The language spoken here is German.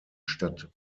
stadt